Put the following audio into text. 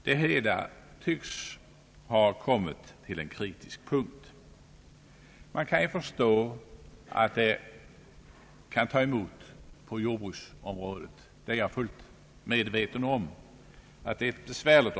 Det hela tycks ha kommit till en kritisk punkt. Man förstår att det kan ta emot på jordbruksområdet; jag har fullt klart för mig att det området är besvärligt.